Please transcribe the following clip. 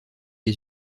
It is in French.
les